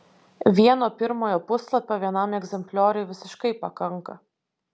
vieno pirmojo puslapio vienam egzemplioriui visiškai pakanka